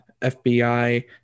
FBI